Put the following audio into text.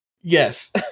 Yes